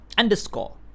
underscore